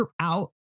throughout